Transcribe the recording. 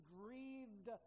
grieved